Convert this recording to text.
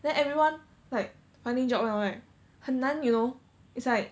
then everyone like finding job now right 很难 you know it's like